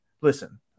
Listen